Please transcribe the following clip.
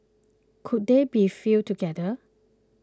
could they be fielded together